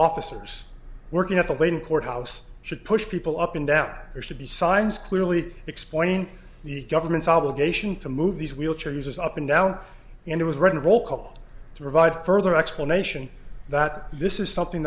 officers working at the lane courthouse should push people up and down there should be signs clearly explaining the government's obligation to move these wheelchair users up and down and it was ready to roll call to provide further explanation that this is something